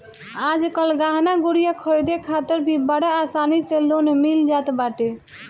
आजकल गहना गुरिया खरीदे खातिर भी बड़ा आसानी से लोन मिल जात बाटे